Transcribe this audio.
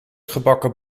gebakken